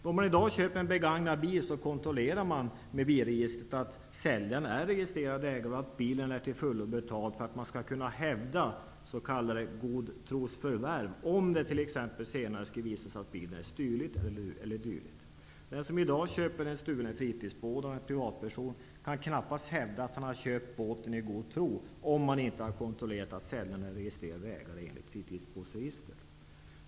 Då man i dag köper en begagnad bil kontrollerar man med bilregistret att säljaren är registrerad ägare och att bilen är till fullo betald, för att man skall kunna hävda s.k. godtrosförvärv om det t.ex. senare skulle visa sig att bilen är stulen e.d. Den som i dag köper en stulen fritidsbåt av en privatperson kan knappast hävda att han har köpt båten i god tro, om han inte har kontrollerat att säljaren är registrerad ägare enligt fritidsbåtsregistret.